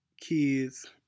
Kids